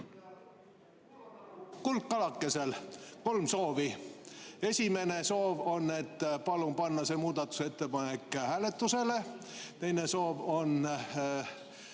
kuldkalakesel kolm soovi. Esimene soov on, et palun panna see muudatusettepanek hääletusele. Teine soov on